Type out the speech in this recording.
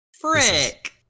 frick